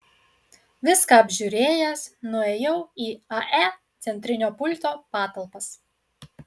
viską apžiūrėjęs nuėjau į ae centrinio pulto patalpas